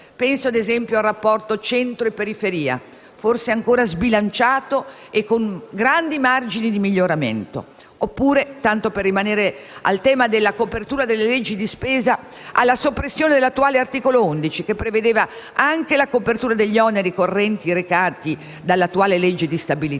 Penso - ad esempio - al rapporto centro-periferia, forse ancora sbilanciato e con grandi margini di miglioramento, oppure - tanto per rimanere alla tematica della copertura delle leggi di spesa - alla soppressione dell'attuale articolo 11, che prevedeva anche la copertura degli oneri correnti recati dall'attuale legge di stabilità.